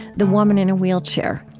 the woman in a wheelchair.